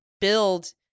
build